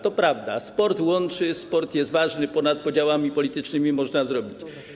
To prawda, że sport łączy, sport jest ważny, ponad podziałami politycznymi można to zrobić.